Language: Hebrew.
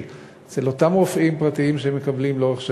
אצל אותם רופאים פרטיים שמהם הם מקבלים לאורך שנים,